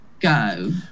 go